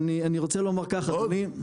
עכשיו אני רוצה לומר ככה אדוני.